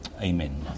Amen